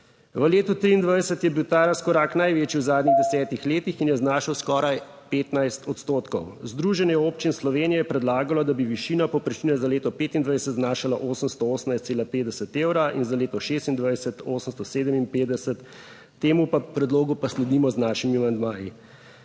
V letu 2023 je bil ta razkorak največji v zadnjih desetih letih in je znašal skoraj 15 odstotkov. Združenje občin Slovenije je predlagalo, da bi višina povprečnine za leto 2025 znašala 818,50 evra in za leto 2026, 857 evra, temu predlogu pa sledimo z našimi amandmaji,